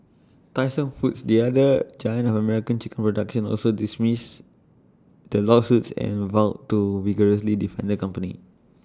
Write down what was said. Tyson foods the other giant of American chicken production also dismissed the lawsuits and vowed to vigorously defend the company